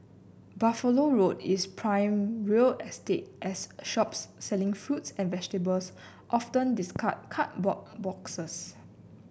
Buffalo Road is prime real estate as shops selling fruits and vegetables often discard cardboard boxes